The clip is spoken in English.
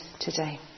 today